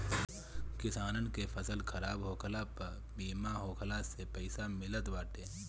किसानन के फसल खराब होखला पअ बीमा होखला से पईसा मिलत बाटे